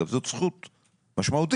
אגב זאת זכות משמעותית,